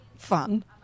Fun